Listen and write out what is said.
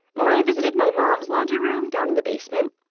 and when i visited my mom's laundry room down in the basement,